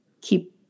keep